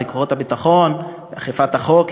וכוחות הביטחון ואכיפת החוק,